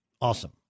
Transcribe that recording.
awesome